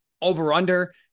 over-under